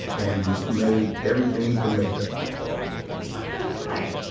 and just made everything he could make up what the heck?